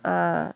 uh